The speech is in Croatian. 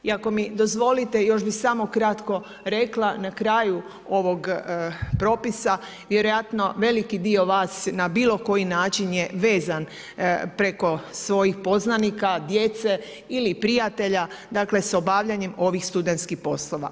I ako mi dozvolite, još bih samo kratko rekla na kraju ovog propisa, vjerojatno veliki dio vas, na bilo koji način je vezan preko svojih poznanika, djece ili prijatelja s obavljanjem ovih studenskih poslova.